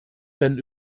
wenn